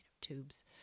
tubes